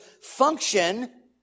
function